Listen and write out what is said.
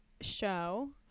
show